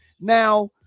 Now